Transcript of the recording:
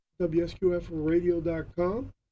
WSQFRadio.com